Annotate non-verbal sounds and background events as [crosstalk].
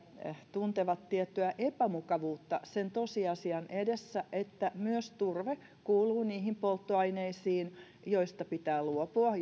tuntevat tiettyä epämukavuutta sen tosiasian edessä että myös turve kuuluu niihin polttoaineisiin joista pitää luopua [unintelligible]